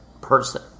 person